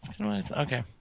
Okay